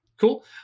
cool